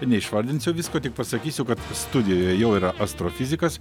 neišvardinsiu visko tik pasakysiu kad studijoje jau yra astrofizikas